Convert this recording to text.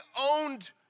owned